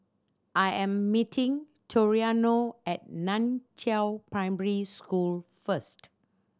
I am meeting Toriano at Nan Chiau Primary School first